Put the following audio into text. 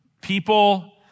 people